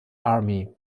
army